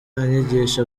anyigisha